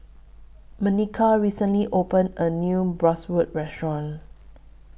Makena recently opened A New Bratwurst Restaurant